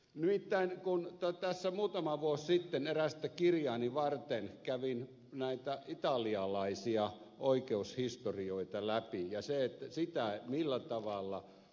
nimittäin tässä muutama vuosi sitten erästä kirjaani varten kävin läpi italialaisia oikeushistorioita ja se että siitä millä tavalla